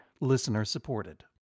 listener-supported